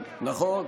נכון.